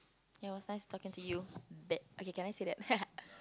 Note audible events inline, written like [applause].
it was nice talking to you bad okay can I say that [laughs]